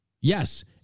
Yes